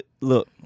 look